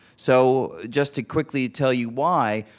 so, just to quickly tell you why,